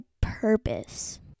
purpose